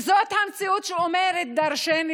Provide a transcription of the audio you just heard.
זאת המציאות שאומרת דורשני,